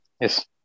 Yes